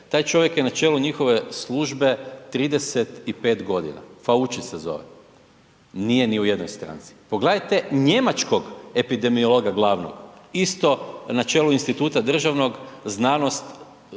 Taj čovjek je na čelu njihove službe 35 godina, Fauci se zove, nije ni u jednoj stranci. Pogledajte njemačkog epidemiologa glavnog isto na čelu instituta državnog znanost,